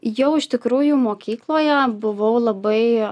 jau iš tikrųjų mokykloje buvau labai